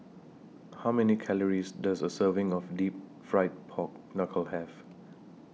How Many Calories Does A Serving of Deep Fried Pork Knuckle Have